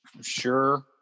sure